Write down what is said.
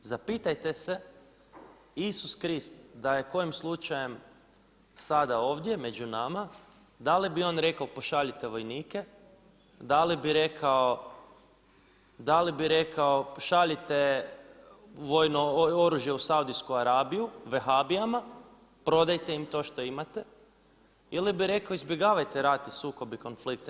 Zapitajte se Isus Krist da je kojim slučajem sada ovdje među nama, da li bi on rekao pošaljite vojnike, da li bi rekao pošaljite vojno oružje u Saudijsku Arabiju vehabijama, prodajte im to što imate ili bi rekao izbjegavajte rat i sukob i konflikte.